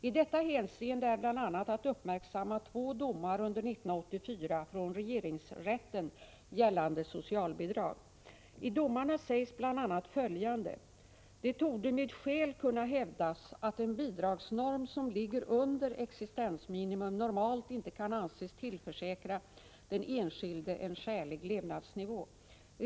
I detta hänseende är bl.a. att uppmärksamma två domar under 1984 från regeringsrätten gällande socialbidrag. I domarna sägs bl.a. följande: ”Det torde med skäl kunna hävdas att en bidragsnorm som ligger under existensminimum normalt inte kan anses tillförsäkra den enskilde en skälig levnadsnivå.